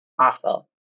awful